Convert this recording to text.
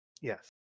Yes